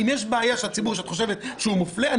אם יש בעיה של ציבור שאת חושבת שהוא מופלה,